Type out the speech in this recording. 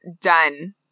done